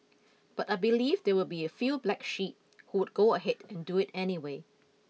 but I believe there will be a few black sheep who would go ahead and do it anyway